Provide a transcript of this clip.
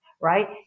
right